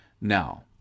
Now